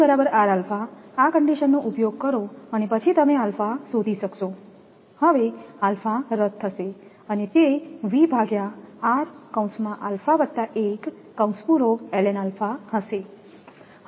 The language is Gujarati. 𝑟1𝑟𝛼 આ કન્ડિશનનો ઉપયોગ કરો અને પછી તમે 𝛼 શોધી શકશો હવે 𝛼 રદ થશે અને તે હશે